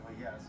yes